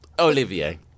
Olivier